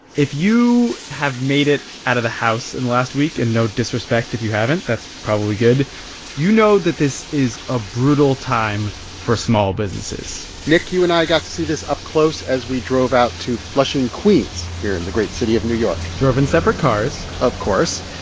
if you have made it out of the house in the last week and no disrespect if you haven't that's probably good you know that this is a brutal time for small businesses nick, you and i got to see this up close as we drove out to flushing, queens, here in the great city of new york drove in separate cars of course.